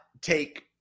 take